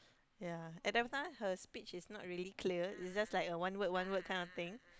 ya at that time her speech is not really clear is just like a one word one word kind of thing